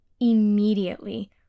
immediately